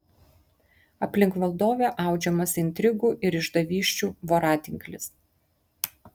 aplink valdovę audžiamas intrigų ir išdavysčių voratinklis